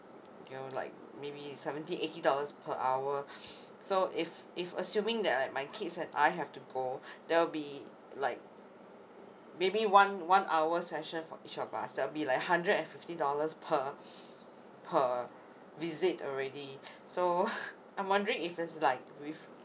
you know like maybe seventy eighty dollars per hour so if if assuming that I my kids and I have to go there will be like maybe one one hour session for each of us there will be like hundred and fifty dollars per per visit already so I'm wondering if there's like with